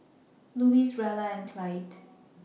Louis Rella and Clyde